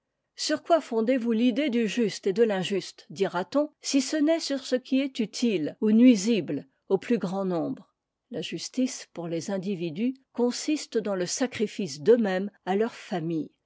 sur quoi fondez-vous l'idée du juste ou de l'injuste dirat on si ce n'est sur ce qui est utile ou nuisible au plus grand nombre la justice pour les individus consiste dans le sacrifice d'eux-mêmes à leur famille